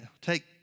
take